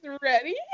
ready